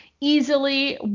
easily